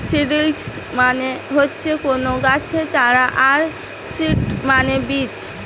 seedlings মানে হচ্ছে কুনো গাছের চারা আর সিড মানে বীজ